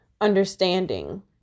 understanding